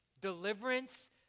Deliverance